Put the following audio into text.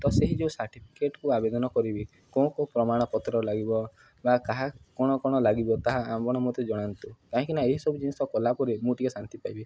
ତ ସେଇ ଯେଉଁ ସାର୍ଟିଫିକେଟ୍କୁ ଆବେଦନ କରିବି କେଉଁ କେଉଁ ପ୍ରମାଣପତ୍ର ଲାଗିବ ବା କାହା କ'ଣ କ'ଣ ଲାଗିବ ତାହା ଆପଣ ମୋତେ ଜଣାନ୍ତୁ କାହିଁକିନା ଏଇସବୁ ଜିନିଷ କଲାପରେ ମୁଁ ଟିକେ ଶାନ୍ତି ପାଇବି